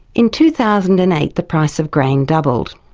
in two thousand and eight the price of grain doubled.